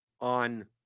on